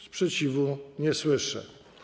Sprzeciwu nie słyszę.